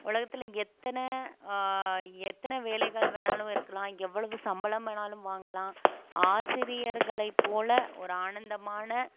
உலகத்தில் எத்தனை எத்தனை வேலைகள் வேணாலும் இருக்கலாம் எவ்வளவு சம்பளம் வேணாலும் வாங்கலாம் ஆசிரியர்களைப் போல ஒரு ஆனந்தமான